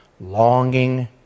longing